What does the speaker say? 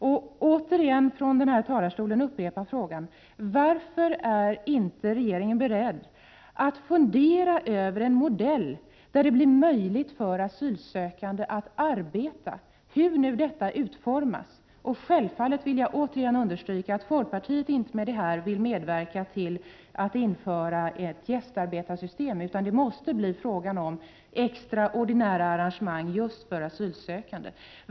Jag vill från denna talarstol upprepa frågan: Varför är regeringen inte beredd att fundera över en modell som gör det möjligt för asylsökande att arbeta, hur nu detta skall utformas? Självfallet understryker jag att folkpartiet med denna åtgärd inte vill medverka till att införa ett gästarbetarsystem, utan det måste bli fråga om extraordinära arrangemang just för asylsökande.